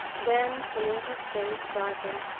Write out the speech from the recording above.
then seeing his face darken,